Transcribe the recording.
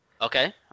Okay